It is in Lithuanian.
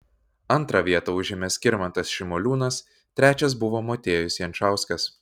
antrą vietą užėmė skirmantas šimoliūnas trečias buvo motiejus jančauskas